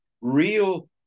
real